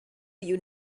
you